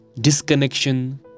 disconnection